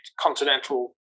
continental